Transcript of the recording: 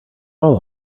all